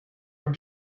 from